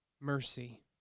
mercy